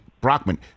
Brockman